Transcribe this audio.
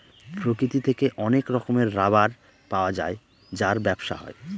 প্রকৃতি থেকে অনেক রকমের রাবার পাওয়া যায় যার ব্যবসা হয়